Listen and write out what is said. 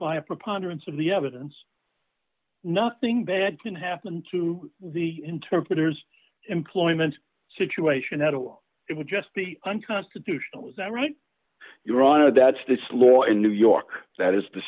a preponderance of the evidence nothing bad can happen to the interpreter's employment situation at all it would just be unconstitutional is that right your honor that's this law in new york that is the